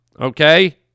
okay